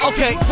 Okay